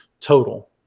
total